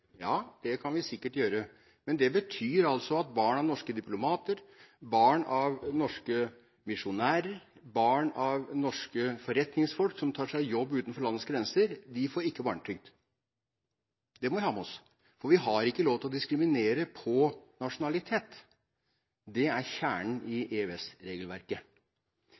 Ja, det kan vi sikkert gjøre, men det betyr altså at barn av norske diplomater, barn av norske misjonærer, barn av norske forretningsfolk som tar seg jobb utenfor landets grenser, ikke får barnetrygd – det må vi ha med oss – for vi har ikke lov til å diskriminere på nasjonalitet. Det er kjernen i